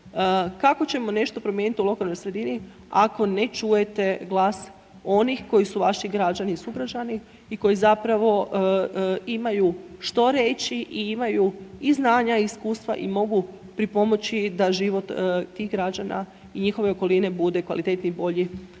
Kako ćemo nešto promijeniti u lokalnoj sredini ako ne čujete glas onih koji su vaši građana i sugrađani i koji zapravo imaju što reći i imaju i znanja i iskustva i mogu pripomoći da život tih građana i njihove okoline bude kvalitetniji i bolji